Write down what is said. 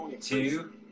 two